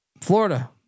Florida